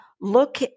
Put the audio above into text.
look